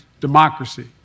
democracy